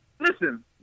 Listen